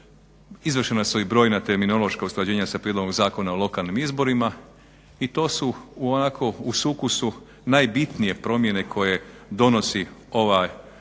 Izvršena su i brojan terminološka usklađenja sa Prijedlogom zakona o lokalnim izborima i to su onako u sukusu najbitnije promjene koje donosi ovaj